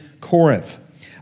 Corinth